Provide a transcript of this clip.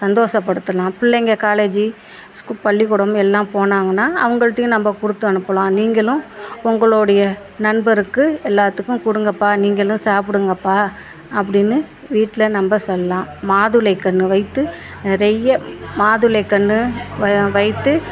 சந்தோசப்படுத்தலாம் பிள்ளைங்கள் காலேஜ்ஜி பள்ளிகூடம் எல்லாம் போனாங்கன்னா அவங்கள்ட்டையும் நம்ப கொடுத்து அனுப்பலாம் நீங்களும் உங்களோடைய நண்பருக்கு எல்லாத்துக்கும் கொடுங்கப்பா நீங்களும் சாப்பிடுங்கப்பா அப்படினு வீட்டில் நம்ப சொல்லலாம் மாதுளை கன்று வைத்து நிறைய மாதுளை கன்று வைத்து